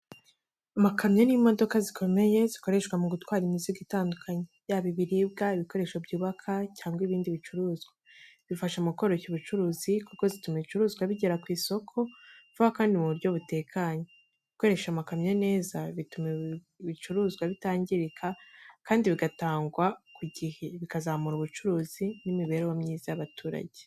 Amakamyo ni modoka zikomeye zikoreshwa mu gutwara imizigo itandukanye, yaba ibiribwa, ibikoresho byubaka, cyangwa ibindi bicuruzwa. Zifasha mu koroshya ubucuruzi kuko zituma ibicuruzwa bigera ku isoko vuba kandi mu buryo butekanye. Gukoresha amakamyo neza bituma ibicuruzwa bitangirika kandi bigatangwa ku gihe, bikazamura ubucuruzi n’imibereho myiza y’abaturage.